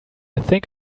think